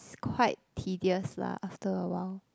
quite tedious lah after awhile